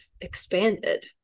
expanded